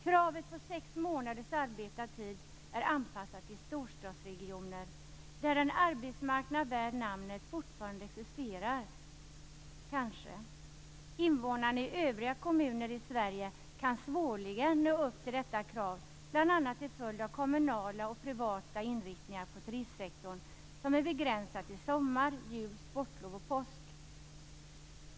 Kravet på sex månaders arbetad tid är anpassat till storstadsregioner där en arbetsmarknad värd namnet fortfarande existerar - kanske. Invånare i övriga kommuner i Sverige kan svårligen nå upp till detta krav, bl.a. till följd av kommunala och privata inriktningar på turistsektorn som är begränsad till sommar, jul, sportlov och påsk.